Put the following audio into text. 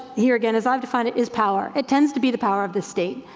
here again, as i've defined it, is power. it tends to be the power of the state.